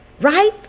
right